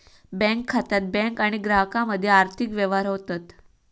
bank खात्यात bank आणि ग्राहकामध्ये आर्थिक व्यवहार होतत